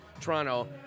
Toronto